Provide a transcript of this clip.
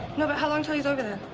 no, but how long till he's over there.